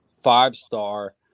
five-star